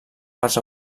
parts